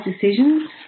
decisions